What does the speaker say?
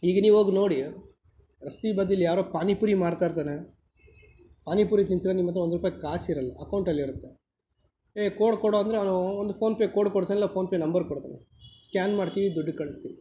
ಈಗ ನೀವು ಹೋಗಿ ನೋಡಿ ರಸ್ತಿ ಬದೀಲಿ ಯಾರೋ ಪಾನಿ ಪೂರಿ ಮಾರ್ತಾಯಿರ್ತಾನೆ ಪಾನಿ ಪೂರಿ ತಿಂತೀರಾ ನಿಮ್ಮತ್ರ ಒಂದು ರೂಪಾಯಿ ಕಾಸು ಇರಲ್ಲ ಅಕೌಂಟಲ್ಲಿರುತ್ತೆ ಏ ಕೋಡ್ ಕೊಡೋ ಅಂದರೆ ಅವನು ಒಂದು ಫೋನ್ ಪೇ ಕೋಡ್ ಕೊಡ್ತಾನೆ ಇಲ್ಲ ಫೋನ್ ಪೇ ನಂಬರ್ ಕೊಡ್ತಾನೆ ಸ್ಕ್ಯಾನ್ ಮಾಡ್ತೀವಿ ದುಡ್ಡು ಕಳಿಸ್ತೀವಿ